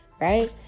right